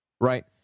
right